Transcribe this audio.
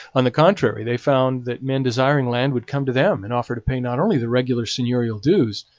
on the contrary, they found that men desiring land would come to them and offer to pay not only the regular seigneurial dues,